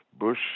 Bush